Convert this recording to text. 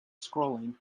scrolling